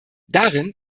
darin